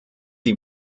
die